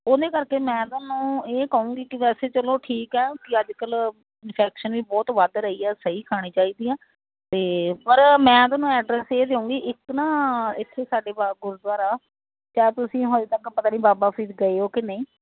ਉਹਦੇ ਕਰਕੇ ਮੈਂ ਤੁਹਾਨੂੰ ਇਹ ਕਹੂੰਗੀ ਕਿ ਵੈਸੇ ਚਲੋ ਠੀਕ ਐ ਵੀ ਅੱਜ ਕੱਲ੍ਹ ਇੰਨਫੈਕਸ਼ਨ ਵੀ ਬਹੁਤ ਵੱਧ ਰਹੀ ਆ ਸਹੀ ਖਾਣੀ ਚਾਹੀਦੀ ਆ ਅਤੇ ਪਰ ਮੈਂ ਤੁਹਾਨੂੰ ਐਡਰਸ ਇਹ ਦੇਊਂਗੀ ਇੱਕ ਨਾ ਇੱਥੇ ਸਾਡੇ ਗੁਰਦੁਆਰਾ ਜਾਂ ਤੁਸੀਂ ਹਜੇ ਤੱਕ ਪਤਾ ਨਹੀਂ ਬਾਬਾ ਫਰੀਦ ਗਏ ਹੋ ਕਿ ਨਹੀਂ